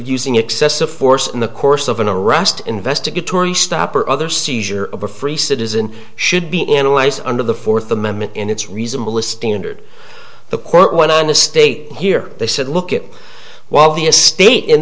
using excessive force in the course of an arrest investigatory stop or other seizure of a free citizen should be analyzed under the fourth amendment and it's reasonable that standard the court went on to state here they said look it while the a state in